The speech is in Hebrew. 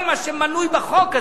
כל מה שמנוי בחוק הזה,